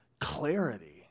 clarity